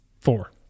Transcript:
four